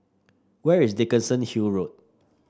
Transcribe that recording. where is Dickenson Hill Road